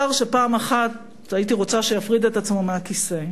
שר שפעם אחת באמת הייתי רוצה שיפריד את עצמו מהכיסא,